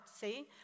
See